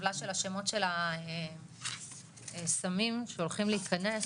הטבלה של השמות של הסמים שהולכי להיכנס,